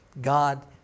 God